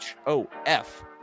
HOF